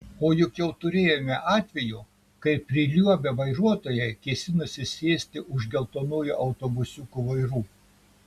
o juk jau turėjome atvejų kai priliuobę vairuotojai kėsinosi sėsti už geltonųjų autobusiukų vairų